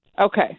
okay